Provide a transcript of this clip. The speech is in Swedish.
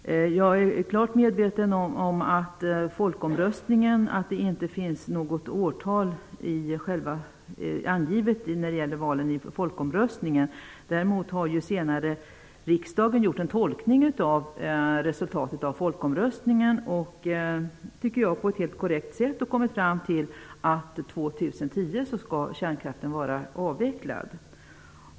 Jag är klart medveten om att det i folkomröstningen inte fanns något årtal angivet. Däremot har senare riksdagen gjort en tolkning av folkomröstningens resultat. Det tycker jag har skett på ett helt korrekt sätt. Man har kommit fram till att år 2010 skall kärnkraften vara avvecklad.